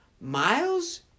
Miles